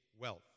wealth